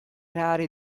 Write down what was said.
rare